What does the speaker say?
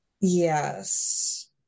Yes